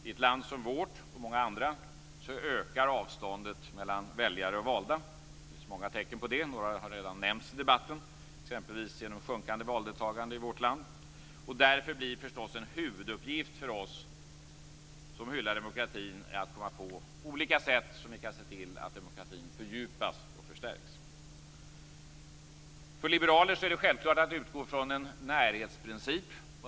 I ett land som vårt och i många andra länder ökar avståndet mellan väljare och valda. Det finns många tecken på det. Några har redan nämnts i debatten. Det är t.ex. ett sjunkande valdeltagande i vårt land. Därför blir det förstås en huvuduppgift för oss som hyllar demokratin att komma på olika sätt att se till att demokratin fördjupas och förstärks. För liberaler är det självklart att utgå från en närhetsprincip.